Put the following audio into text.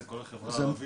זה כל החברה הערבית?